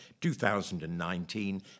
2019